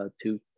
two